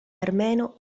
armeno